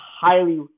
highly